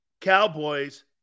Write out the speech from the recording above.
Cowboys